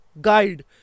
guide